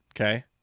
okay